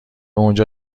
اونجا